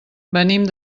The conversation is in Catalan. venim